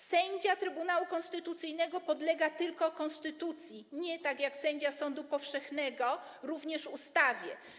Sędzia Trybunału Konstytucyjnego podlega tylko konstytucji, a nie - tak jak sędzia sądu powszechnego - również ustawie.